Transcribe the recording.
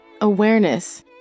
Awareness